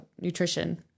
nutrition